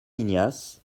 ignace